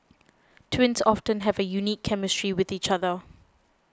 twins often have a unique chemistry with each other